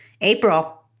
April